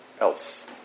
else